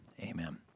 Amen